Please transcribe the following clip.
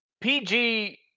PG